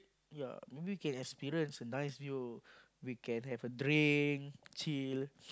yea maybe we can experience a nice view we can have a drink chill